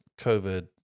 COVID